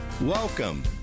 Welcome